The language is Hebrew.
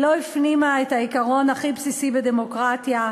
לא הפנימה את העיקרון הכי בסיסי בדמוקרטיה,